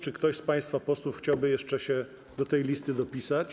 Czy ktoś z państwa posłów chciałby jeszcze się do tej listy dopisać?